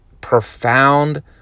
profound